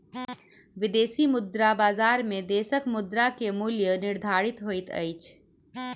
विदेशी मुद्रा बजार में देशक मुद्रा के मूल्य निर्धारित होइत अछि